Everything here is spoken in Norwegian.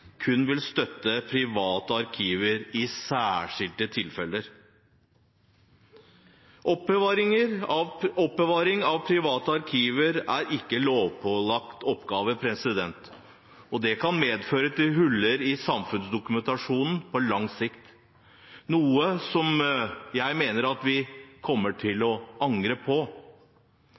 kun vil støtte privatarkiver i særskilte tilfeller. Oppbevaring av privatarkiver er ikke en lovpålagt oppgave, og det kan medføre hull i samfunnsdokumentasjonen på lang sikt, noe som jeg mener at vi kommer til å angre på.